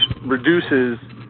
reduces